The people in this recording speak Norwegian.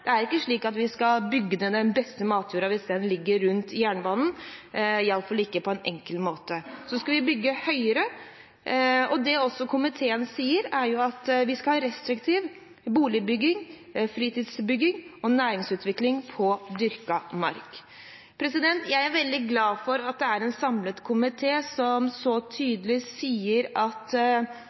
at vi skal bygge ned den beste matjorda hvis den ligger rundt jernbanen, iallfall ikke på en enkel måte. Så skal vi bygge høyere, og det komiteen også sier, er at vi skal ha restriktiv boligbygging, fritidsbygging og næringsutvikling på dyrket mark. Jeg er veldig glad for at det er en samlet komité som så tydelig sier at